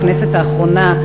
בכנסת האחרונה,